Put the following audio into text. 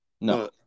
No